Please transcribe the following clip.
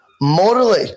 morally